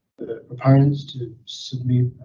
the proponents to submit